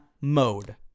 Mode